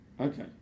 Okay